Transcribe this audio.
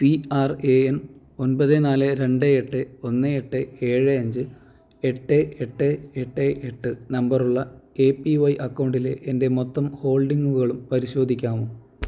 P R A N ഒൻപത് നാല് രണ്ട് എട്ട് ഒന്ന് എട്ട് ഏഴ് അഞ്ച് എട്ട് എട്ട് എട്ട് എട്ട് നമ്പർ ഉള്ള എ പി വൈ അക്കൗണ്ടിലെ എൻ്റെ മൊത്തം ഹോൾഡിംഗുകളും പരിശോധിക്കാമോ